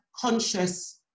conscious